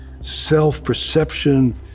self-perception